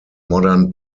modern